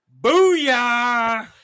Booyah